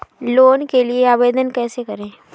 Loan के लिए आवेदन कैसे करें?